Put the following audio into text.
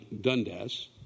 Dundas